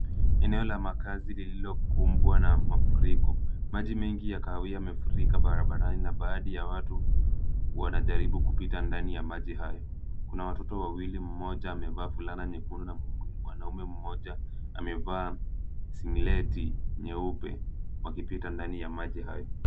Eneo la makaazi lililokumbwa na mafuriko. Maji mengi ya kahawia yamefurika barabarani na baadhi ya watu wanajaribu kupita ndani ya maji hayo. Kuna watoto wawili mmoja amevaa fulana nyekundu na mwanaume mmoja amevaa simuleti nyeupe wakipita ndani ya maji hayo.